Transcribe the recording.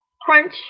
Crunch